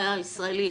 הישראלי.